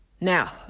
Now